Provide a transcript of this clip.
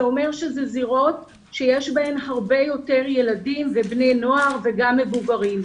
זה אומר שאלה זירות שיש בהן הרבה יותר ילדים ובני נוער וגם מבוגרים.